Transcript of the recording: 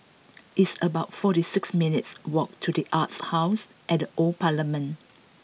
It's about forty six minutes' walk to The Arts House at Old Parliament